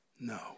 no